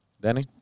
Danny